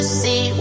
see